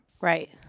Right